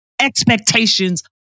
Expectations